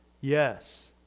yes